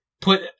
put